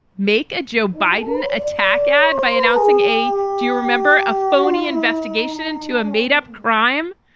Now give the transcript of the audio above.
make a joe biden attack ad by announcing a do you remember a phony investigation into a made-up crime?